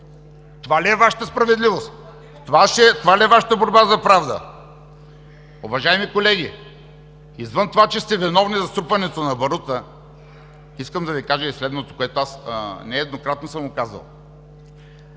Георги Свиленски.) Това ли е Вашата борба за правда? Уважаеми колеги, извън това, че сте виновни за струпването на барута, искам да Ви кажа и следното, което аз нееднократно съм го казвал.